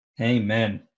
amen